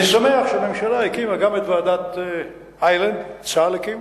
אני שמח שהממשלה הקימה את ועדת-איילנד, צה"ל הקים,